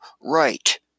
right